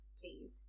please